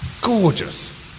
Gorgeous